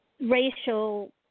racial